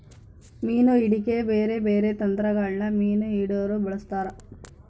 ಮೀನು ಹಿಡೆಕ ಬ್ಯಾರೆ ಬ್ಯಾರೆ ತಂತ್ರಗಳನ್ನ ಮೀನು ಹಿಡೊರು ಬಳಸ್ತಾರ